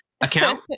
account